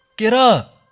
get up!